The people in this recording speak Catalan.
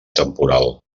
temporal